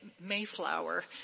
Mayflower